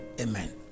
amen